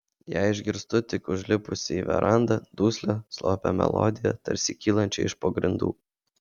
ją išgirstu tik užlipusi į verandą duslią slopią melodiją tarsi kylančią iš po grindų